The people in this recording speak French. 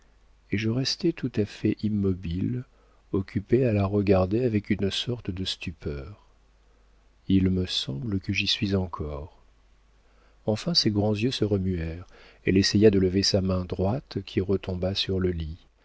et je restai tout à fait immobile occupé à la regarder avec une sorte de stupeur il me semble que j'y suis encore enfin ses grands yeux se remuèrent elle essaya de lever sa main droite qui retomba sur le lit